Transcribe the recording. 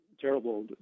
terrible